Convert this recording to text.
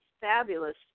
fabulous